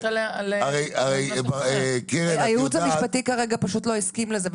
הרי קרן -- הייעוץ המשפטי כרגע פשוט לא הסכים לזה,